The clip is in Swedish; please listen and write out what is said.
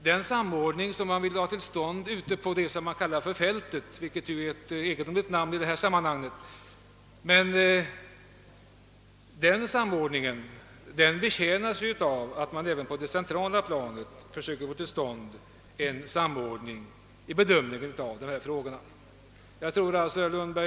Den samordning man vill åstadkomma ute på fältet — det är för övrigt ett egendomligt uttryck i sammanhanget — främjas ju av att man på det centrala planet försöker åstadkom ma en samordning vid bedömningen av frågorna.